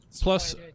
Plus